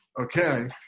okay